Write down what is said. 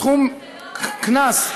קנס,